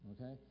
Okay